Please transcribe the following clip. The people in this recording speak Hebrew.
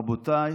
רבותיי